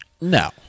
No